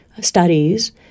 studies